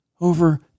over